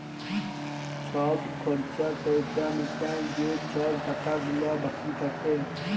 ছব খর্চা টর্চা মিটায় যে ছব টাকা গুলা বাকি থ্যাকে